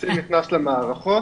התקציב נכנס למערכות